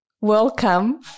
welcome